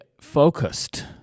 focused